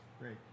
Great